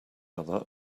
other